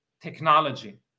technology